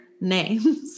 names